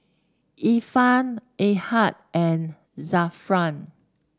Irfan Ahad and Zafran